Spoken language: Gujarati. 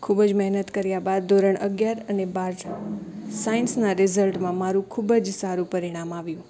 ખૂબ જ મહેનત કર્યા બાદ ધોરણ અગિયાર અને બાર સાયન્સનાં રીઝલ્ટમાં મારું ખૂબ જ સારું પરીણામ આવ્યું